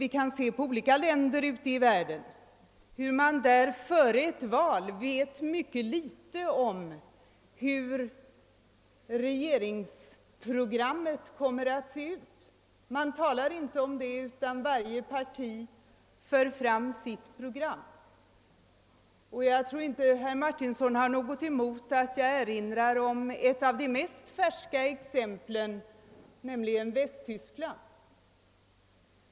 Vi kan se på olika länder ute i världen och konstatera att man före ett val i allmänhet vet mycket litet om hur regeringsprogrammet kommer att se ut. Man talar inte om det, utan varje parti för fram sitt program. Jag tror inte herr Martinsson har något emot att jag erinrar om ett av de färskaste exemplen, nämligen Västtyskland.